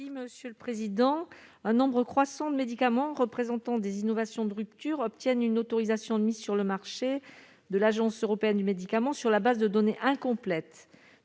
monsieur le président, un nombre croissant de médicaments représentant des innovations de rupture obtiennent une autorisation de mise sur le marché de l'Agence européenne du médicament sur la base de données incomplètes